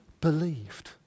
believed